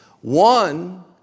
One